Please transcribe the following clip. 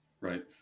Right